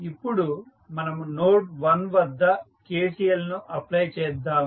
ఇప్పుడు మనము నోడ్ 1 వద్ద KCL ను అప్లై చేద్దాము